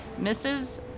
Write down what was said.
Mrs